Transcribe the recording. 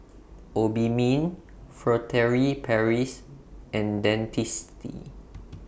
Obimin Furtere Paris and Dentiste